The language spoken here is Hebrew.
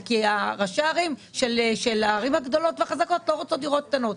ראשי הערים הגדולות והחזקות לא רוצים דירות קטנות.